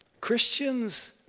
Christians